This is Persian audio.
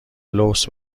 لوس